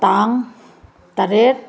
ꯇꯥꯡ ꯇꯔꯦꯠ